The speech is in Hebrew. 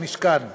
במשכן הכנסת,